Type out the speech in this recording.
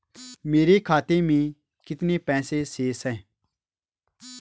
मेरे खाते में कितने पैसे शेष हैं?